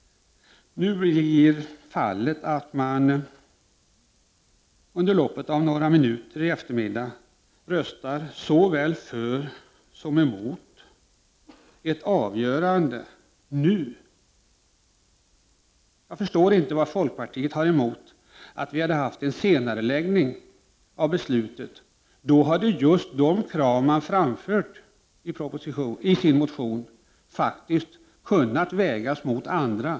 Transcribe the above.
Nu blir fallet att man under loppet av några minuter i eftermiddag röstar såväl för som emot ett avgörande nu. Jag förstår inte vad folkpartiet har emot en senareläggning av beslutet. Då hade de krav man framför i sin motion kunnat vägas mot andra.